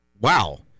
wow